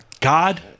God